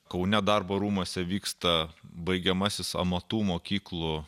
kaune darbo rūmuose vyksta baigiamasis amatų mokyklų